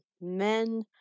men